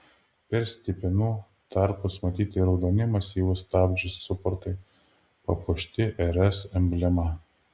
per stipinų tarpus matyti raudoni masyvūs stabdžių suportai papuošti rs emblema